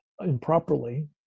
improperly